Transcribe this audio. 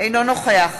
אינו נוכח